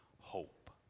hope